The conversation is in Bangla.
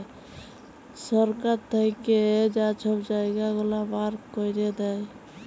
সরকার থ্যাইকে যা ছব জায়গা গুলা মার্ক ক্যইরে দেয়